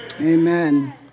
amen